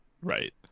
right